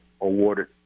awarded